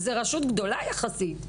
זאת רשות גדולה יחסית.